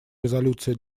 резолюции